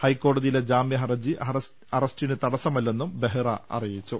ഹൈക്കോടതിയിലെ ജാമ്യഹർജി അറസ്റ്റിന് തടസ്സമല്ലെന്നും ബെഹ്റ അറിയിച്ചു